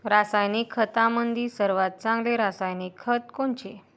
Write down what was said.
रासायनिक खतामंदी सर्वात चांगले रासायनिक खत कोनचे?